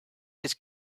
his